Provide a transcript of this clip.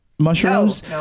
mushrooms